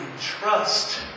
trust